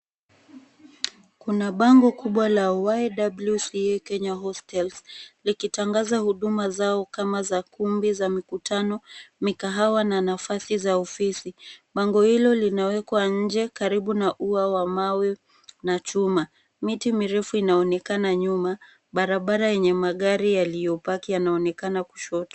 Kuna bango kubwa la ywca Kenya hostels, likitangaza huduma zao kama za kumbi za mutano, mikahawa na nafasi za ofisi. Bango hilo linawekwa nje karibu na ua wa mawe na chuma. Miti mirefu inaonekana nyuma. Barabara yenye magari yaliyopaki yanaonekana kushoto.